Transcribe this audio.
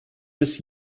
des